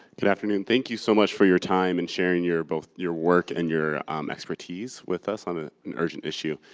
good afternoon. thank you so much for your time and sharing both your work and your um expertise with us on ah an urgent issue.